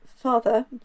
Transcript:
father